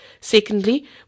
Secondly